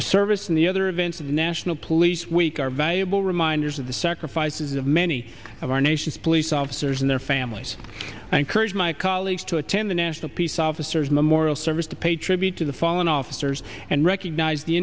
the service and the other events of national police week are valuable reminders of the sacrifices of many of our nation's police officers and their families i encourage my colleagues to attend the national peace officers memorial service to pay tribute to the fallen officers and recognize the